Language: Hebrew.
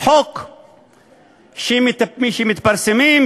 חוק שמתפרסמות,